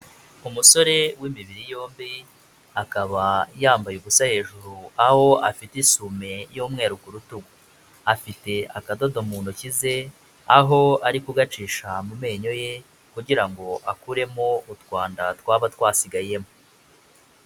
Umusore w'imibiri yombi, akaba yambaye ubusa hejuru, aho afite isume y'umweru ku rutugu. Afite akadodo mu ntoki ze, aho ari kugacisha mu menyo ye kugira ngo akuremo utwanda twaba twasigayemo.